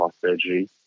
surgery